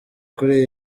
kuri